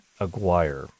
Aguirre